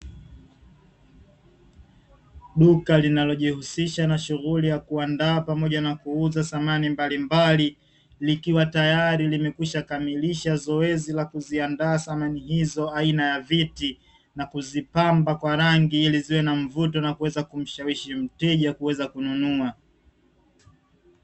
Duka linalojihusisha na shughuli ya kuandaa pamoja na kuuza samani mbalimbali, likiwa tayari limekwisha kamilisha zoezi la kuziandaa samani hizo aina ya viti, na kuzipamba kwa rangi ili ziwe na mvuto na kuweza kumshawishi mteja kuweza kununua.